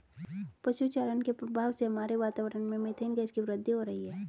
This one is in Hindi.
पशु चारण के प्रभाव से हमारे वातावरण में मेथेन गैस की वृद्धि हो रही है